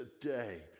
today